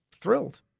thrilled